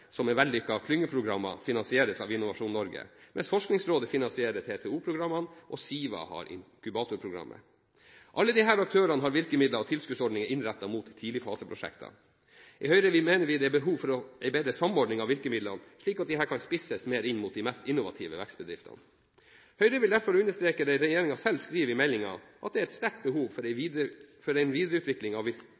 som er vellykkede klyngeprogrammer, finansieres av Innovasjon Norge, mens Forskningsrådet finansierer TTO-programmene og SIVA inkubatorprogrammet. Alle disse aktørene har virkemidler og tilskuddsordninger innrettet mot tidligfaseprosjekter. I Høyre mener vi det er behov for en bedre samordning av virkemidlene, slik at disse kan spisses mer inn mot de mest innovative vekstbedriftene. Høyre vil derfor understreke det regjeringen selv skriver i meldingen, at det er et sterkt behov for en videreutvikling av